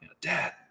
dad